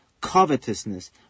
covetousness